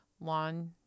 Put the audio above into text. lawn